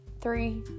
three